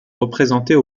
représentées